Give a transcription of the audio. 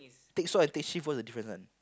take so I take shift what's the difference one